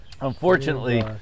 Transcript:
Unfortunately